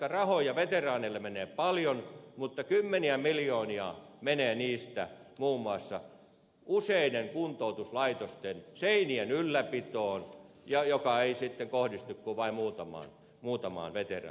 rahoja veteraaneille menee paljon mutta valitettavasti kymmeniä miljoonia menee niistä muun muassa useiden kuntoutuslaitosten seinien ylläpitoon ja ne rahat eivät sitten kohdistu kuin vain muutamaan veteraaniin